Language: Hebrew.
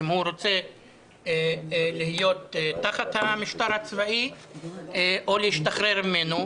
אם הוא רוצה להיות תחת המשטר הצבאי או להשתחרר ממנו.